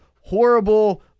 horrible